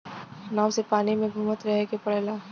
नाव से पानी में घुमत रहे के पड़ला